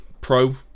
Pro